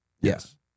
Yes